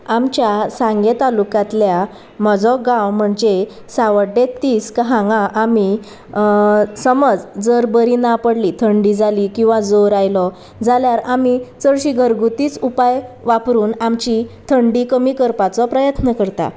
आमच्या सांगे तालुकांतल्या म्हजो गांव म्हणजे सावड्डे तीस्क हांगा आमी समज जर बरी ना पडली थंडी जाली किंवां जोर आयलो जाल्यार आमी चडशी घरगुतीच उपाय वापरून आमची थंडी कमी करपाचो प्रयत्न करता